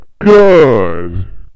good